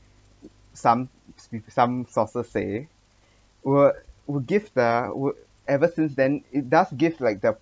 some some sources say will will give the would ever since then it does give like the